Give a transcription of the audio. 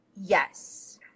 yes